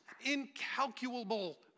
incalculable